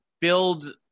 build